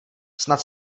snad